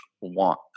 want